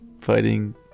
fighting